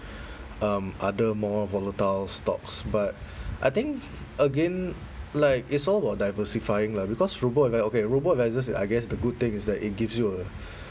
um other more volatile stocks but I think again like it's all about diversifying lah because robo right okay robo-advisors I guess the good thing is that it gives you a